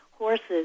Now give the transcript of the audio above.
Horses